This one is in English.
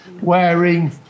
wearing